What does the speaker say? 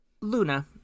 Luna